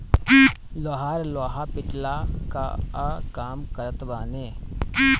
लोहार लोहा पिटला कअ काम करत बाने